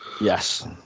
Yes